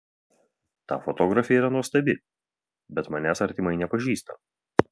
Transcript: ta fotografė yra nuostabi bet manęs artimai nepažįsta